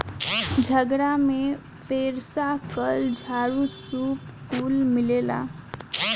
झगड़ा में फेरसा, कल, झाड़ू, सूप कुल मिलेला